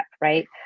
right